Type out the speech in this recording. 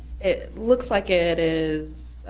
it looks like it is